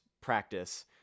practice